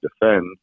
defend